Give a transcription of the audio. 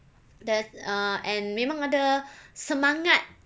there err and memang ada semangat